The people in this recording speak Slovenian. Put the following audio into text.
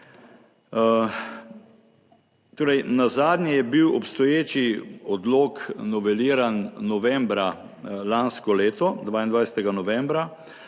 Torej, nazadnje je bil obstoječi odlok noveliran novembra lansko leto 22. novembra.